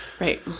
Right